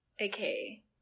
Okay